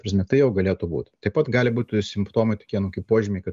ta prasme tai jau galėtų būt taip pat gali būti simptomai tokie nu kaip požymiai kad